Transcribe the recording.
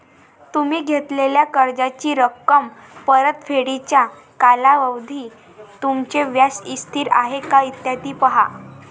तुम्ही घेतलेल्या कर्जाची रक्कम, परतफेडीचा कालावधी, तुमचे व्याज स्थिर आहे का, इत्यादी पहा